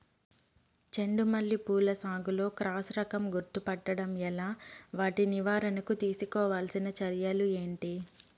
చెండు మల్లి పూల సాగులో క్రాస్ రకం గుర్తుపట్టడం ఎలా? వాటి నివారణకు తీసుకోవాల్సిన చర్యలు ఏంటి?